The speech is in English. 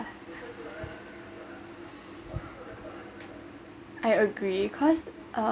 yeah I agreed cause uh